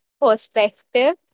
perspective